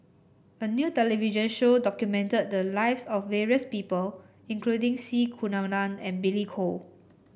a new television show documented the lives of various people including C Kunalan and Billy Koh